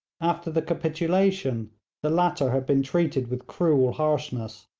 after the capitulation the latter had been treated with cruel harshness,